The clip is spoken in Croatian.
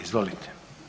Izvolite.